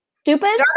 stupid